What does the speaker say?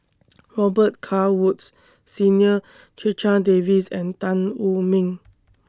Robet Carr Woods Senior Checha Davies and Tan Wu Meng